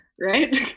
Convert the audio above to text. right